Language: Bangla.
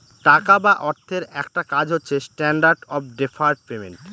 টাকা বা অর্থের একটা কাজ হচ্ছে স্ট্যান্ডার্ড অফ ডেফার্ড পেমেন্ট